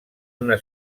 una